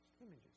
Images